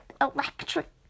electric